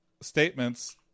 statements